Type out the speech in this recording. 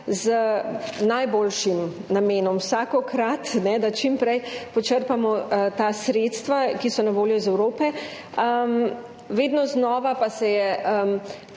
najboljši namen, da čim prej počrpamo sredstva, ki so na voljo iz Evrope, vedno znova pa se je